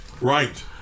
Right